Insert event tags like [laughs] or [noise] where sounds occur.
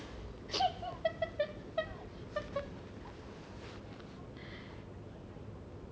[laughs]